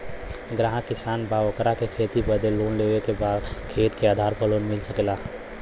ग्राहक किसान बा ओकरा के खेती बदे लोन लेवे के बा खेत के आधार पर लोन मिल सके ला?